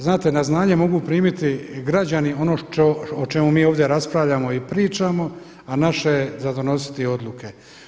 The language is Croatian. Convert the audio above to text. Znate na znanje mogu primiti građani ono o čemu mi ovdje raspravljamo i pričamo, a naše je za donositi odluke.